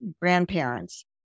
grandparents